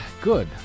Good